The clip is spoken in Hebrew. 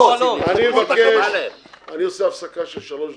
אני עושה הפסקה של שלוש דקות.